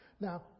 Now